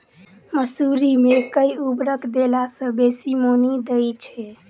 मसूरी मे केँ उर्वरक देला सऽ बेसी मॉनी दइ छै?